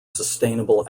sustainable